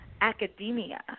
academia